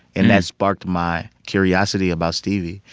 and that sparked my curiosity about stevie.